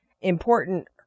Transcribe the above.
important